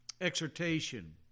exhortation